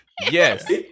Yes